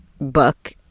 book